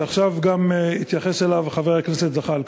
שעכשיו התייחס אליו גם חבר הכנסת זחאלקה.